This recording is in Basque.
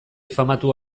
famatu